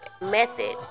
method